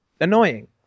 annoying